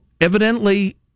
Evidently